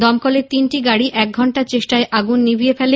দমকলের তিনটি ইঞ্জিন এক ঘন্টার চেষ্টায় আগুন নিভিয়ে ফেলে